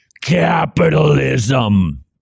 capitalism